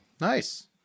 Nice